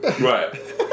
Right